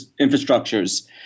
infrastructures